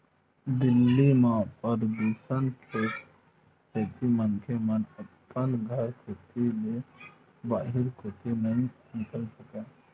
दिल्ली म परदूसन के सेती मनखे मन अपन घर कोती ले बाहिर कोती नइ निकल सकय